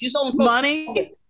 money